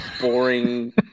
boring